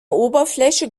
oberfläche